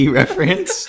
reference